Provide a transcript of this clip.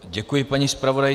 Děkuji paní zpravodajce.